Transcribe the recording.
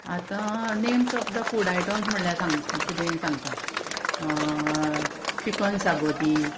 आतां names of the food items म्हळ्यार सांग किदें सांगता चिकन शागोती